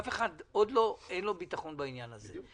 לאף אחד עוד אין ביטחון בעניין הזה.